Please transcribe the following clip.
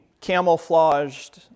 camouflaged